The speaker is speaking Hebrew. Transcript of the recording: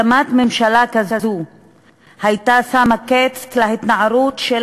הקמת ממשלה כזאת הייתה שמה קץ להתנערות של